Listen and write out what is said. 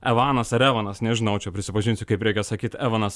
evanas ar evanas nežinau čia prisipažinsiu kaip reikia sakyt evanas